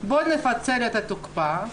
בואו נפצל את התקופה,